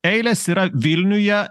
eilės yra vilniuje